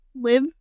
live